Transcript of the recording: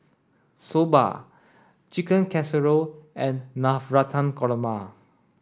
Soba Chicken Casserole and Navratan Korma